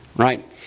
Right